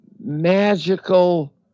magical